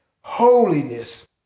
holiness